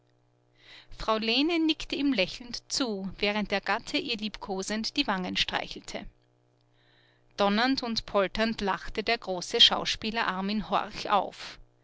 frau lene nickte ihm lächelnd zu während der gatte ihr liebkosend die wangen streichelte donnernd und polternd lachte der große schauspieler armin horch auf